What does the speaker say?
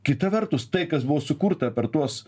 kita vertus tai kas buvo sukurta per tuos